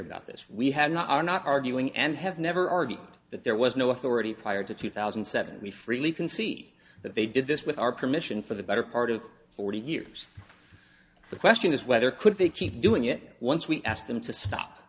about this we have now are not arguing and have never argued that there was no authority prior to two thousand and seven we freely concede that they did this with our permission for the better part of forty years the question is whether could they keep doing it once we asked them to stop